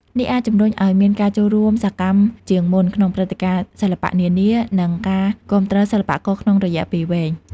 នេះអាចជំរុញឲ្យមានការចូលរួមសកម្មជាងមុនក្នុងព្រឹត្តិការណ៍សិល្បៈនានា និងការគាំទ្រសិល្បករក្នុងរយៈពេលវែង។